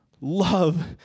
love